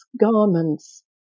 garments